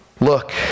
look